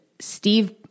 Steve